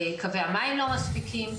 קווי המים לא מספיקים.